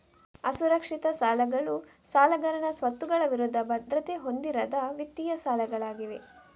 ಅಸುರಕ್ಷಿತ ಸಾಲಗಳು ಸಾಲಗಾರನ ಸ್ವತ್ತುಗಳ ವಿರುದ್ಧ ಭದ್ರತೆ ಹೊಂದಿರದ ವಿತ್ತೀಯ ಸಾಲಗಳಾಗಿವೆ